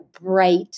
bright